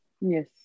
Yes